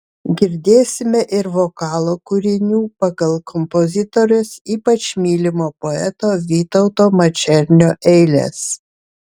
girdėsime ir vokalo kūrinių pagal kompozitorės ypač mylimo poeto vytauto mačernio eiles